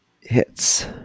hits